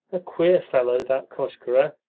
a queer fellow, that koshkarev!